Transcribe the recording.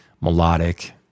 melodic